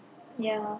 ya